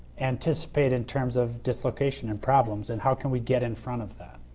anticipate in terms of dislocation and problems and how can we get in front of that.